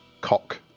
cock